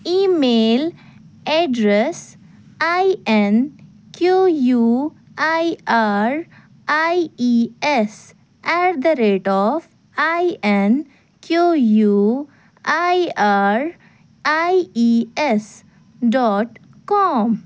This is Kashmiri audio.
E mail address A N Q U A R A E S at the rate of A N Q U A R A E S dot com